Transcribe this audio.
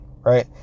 right